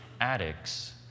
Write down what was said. addicts